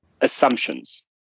assumptions